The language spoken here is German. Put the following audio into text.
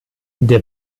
der